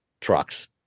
trucks